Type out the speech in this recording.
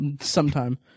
sometime